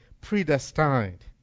predestined